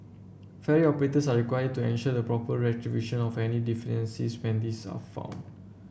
ferry operators are required to ensure the proper of any deficiencies when these are found